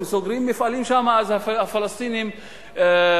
אם סוגרים מפעלים שם אז הפלסטינים ייפגעו,